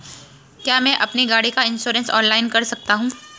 क्या मैं अपनी गाड़ी का इन्श्योरेंस ऑनलाइन कर सकता हूँ?